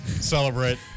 celebrate